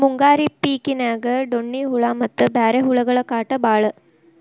ಮುಂಗಾರಿ ಪಿಕಿನ್ಯಾಗ ಡೋಣ್ಣಿ ಹುಳಾ ಮತ್ತ ಬ್ಯಾರೆ ಹುಳಗಳ ಕಾಟ ಬಾಳ